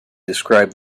described